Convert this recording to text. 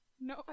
No